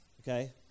okay